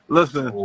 Listen